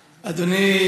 אדוני.